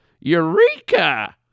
Eureka